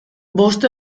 bost